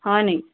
হয়নি